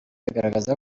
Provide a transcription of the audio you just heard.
agaragaza